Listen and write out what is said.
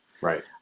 Right